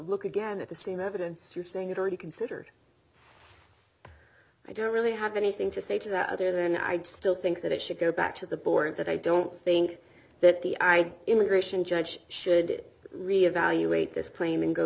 look again at the same evidence you're saying it already considered i don't really have anything to say to that other than i still think that it should go back to the board that i don't think that the i immigration judge should reevaluate this claim and go